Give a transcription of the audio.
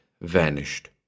vanished